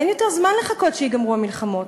אין כבר זמן לחכות שייגמרו המלחמות.